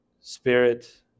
spirit